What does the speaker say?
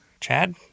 Chad